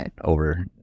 over